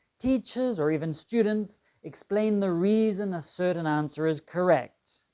teachers or even students explain the reason a certain answer is correct.